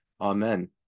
Amen